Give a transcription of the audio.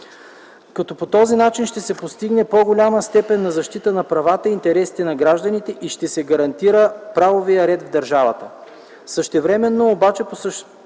като по този начин ще се постигне по-голяма степен на защита на правата и интересите на гражданите и ще се гарантира правовият ред в държавата.